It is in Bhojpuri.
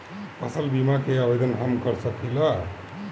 फसल बीमा के आवेदन हम कर सकिला?